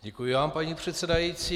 Děkuji vám, paní předsedající.